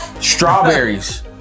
strawberries